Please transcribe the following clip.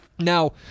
Now